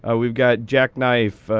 ah we've got jackknife,